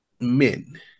men